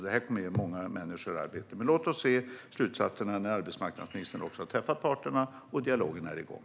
Det här kommer att ge många människor arbete. Men låt oss se vilka slutsatserna blir när arbetsmarknadsministern har träffat parterna och dialogen är igång.